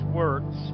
words